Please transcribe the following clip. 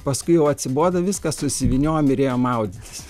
paskui jau atsibodo viską susivyniojom ir ėjom maudytis